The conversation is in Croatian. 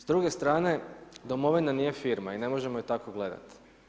S druge strane Domovina nije firma i ne možemo je tako gledati.